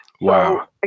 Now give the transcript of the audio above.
wow